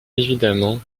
évidemment